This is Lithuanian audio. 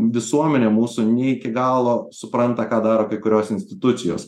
visuomenė mūsų ne iki galo supranta ką daro kai kurios institucijos